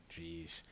Jeez